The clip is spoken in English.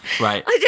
Right